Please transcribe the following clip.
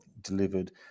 delivered